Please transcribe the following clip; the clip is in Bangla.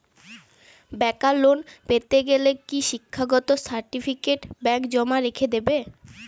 বেকার লোন পেতে গেলে কি শিক্ষাগত সার্টিফিকেট ব্যাঙ্ক জমা রেখে দেবে?